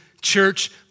church